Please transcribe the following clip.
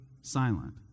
silent